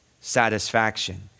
satisfaction